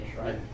right